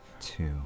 Two